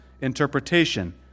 interpretation